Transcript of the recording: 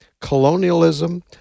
colonialism